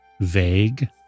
vague